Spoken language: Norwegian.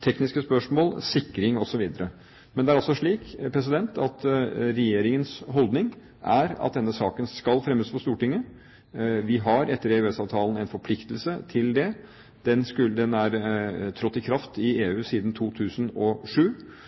tekniske spørsmål, sikring, osv. Men det er altså slik at regjeringens holdning er at denne saken skal fremmes for Stortinget. Vi har etter EØS-avtalen en forpliktelse til det – direktivet trådte i kraft i EU i 2007.